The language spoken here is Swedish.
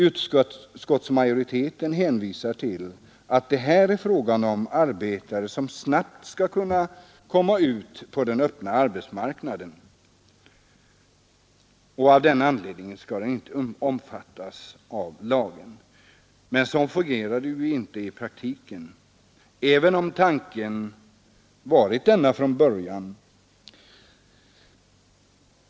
Utskottsmajoriteten hänvisar till att det här är fråga om arbetare som snabbt skall kunna komma ut på den öppna arbetsmarknaden. Men så fungerar det inte i praktiken, även om tanken varit denna från början.